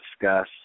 discuss